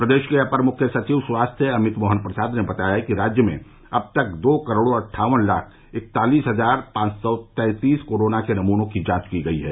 प्रदेश के अपर मुख्य सचिव स्वास्थ्य अमित मोहन प्रसाद ने बताया कि राज्य में अब तक दो करोड़ अट्ठावन लाख इकतालीस हजार पांच सौ तैतीस कोरोना के नमूनों की जांच की गई है